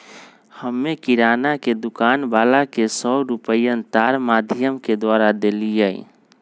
हम्मे किराना के दुकान वाला के सौ रुपईया तार माधियम के द्वारा देलीयी